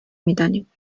میدانیم